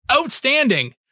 outstanding